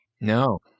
No